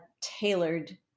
tailored